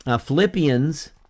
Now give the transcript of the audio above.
Philippians